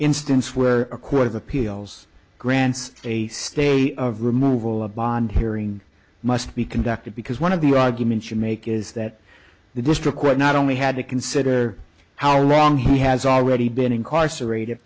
instance where a court of appeals grants a stay of removal of bond hearing must be conducted because one of the arguments you make is that the district court not only had to consider how wrong he has already been incarcerated